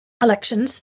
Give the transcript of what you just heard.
Elections